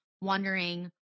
wondering